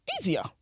Easier